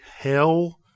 Hell